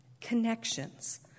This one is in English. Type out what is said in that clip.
Connections